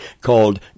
called